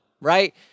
right